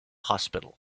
hospital